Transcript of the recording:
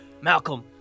Malcolm